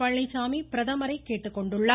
பழனிசாமி பிரதமரை கேட்டுக்கொண்டுள்ளார்